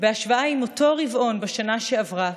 בהשוואה עם אותו רבעון בשנה שעברה,